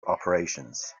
operations